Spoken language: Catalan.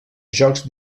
jocs